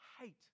hate